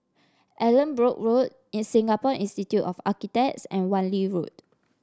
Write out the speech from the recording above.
Allanbrooke Road in Singapore Institute of Architects and Wan Lee Road